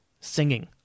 singing